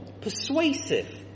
persuasive